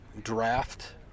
draft